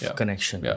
connection